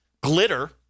glitter